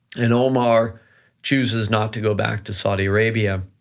and omar chooses not to go back to saudi arabia,